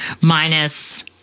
minus